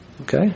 Okay